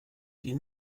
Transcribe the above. die